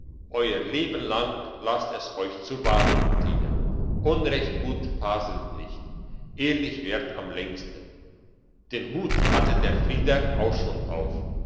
euer leben lang lasst es euch zur warnung dienen unrecht gut faselt nicht ehrlich währt am längsten den hut hatte der freister auch schon auf